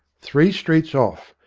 three streets off,